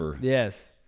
Yes